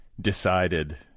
decided